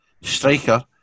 Striker